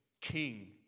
King